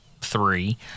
three